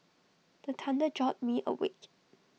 the thunder jolt me awake